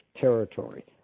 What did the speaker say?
territory